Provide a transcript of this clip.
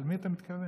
למי אתה מתכוון?